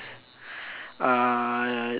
uh